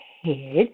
head